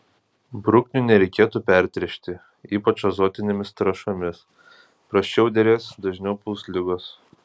bruknių nereikėtų pertręšti ypač azotinėmis trąšomis prasčiau derės dažniau puls ligos